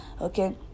okay